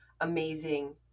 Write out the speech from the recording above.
amazing